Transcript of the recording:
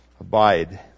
abide